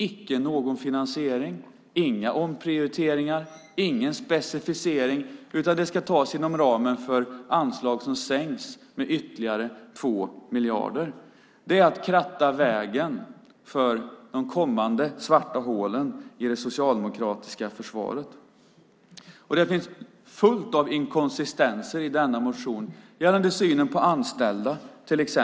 Icke någon finansiering, inga omprioriteringar, ingen specificering, utan det ska tas inom ramen för anslag som minskas med ytterligare 2 miljarder. Det är att kratta vägen för de kommande svarta hålen i det socialdemokratiska försvaret. Den här motionen är full av inkonsekvenser. Det gäller till exempel synen på anställda.